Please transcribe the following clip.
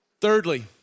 Thirdly